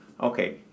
Okay